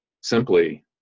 simply